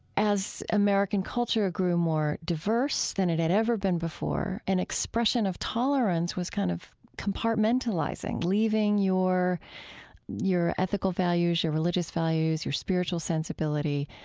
as american culture grew more diverse than it had ever been before, an expression of tolerance was kind of compartmentalizing, leaving your your ethical values, your religious values, your spiritual sensibility,